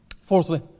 Fourthly